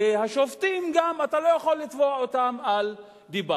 ואי-אפשר לתבוע שופטים על דיבה.